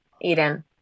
eden